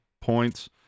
points